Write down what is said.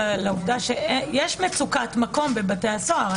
לעובדה שיש מצוקת מקום בבתי הסוהר.